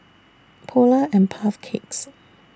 Polar and Puff Cakes